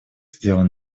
сделан